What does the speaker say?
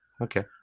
Okay